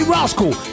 Rascal